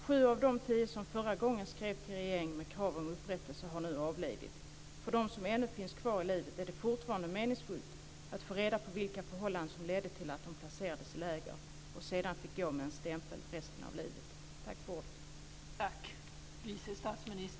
Sju av de tio som förra gången skrev till regeringen med krav på en upprättelse har nu avlidit. För dem som ännu finns i livet är det fortfarande meningsfullt att få reda på vilka förhållanden som ledde till att de placerades i läger och sedan fick gå med en stämpel resten av livet.